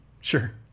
Sure